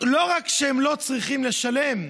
לא רק שהם לא צריכים לשלם,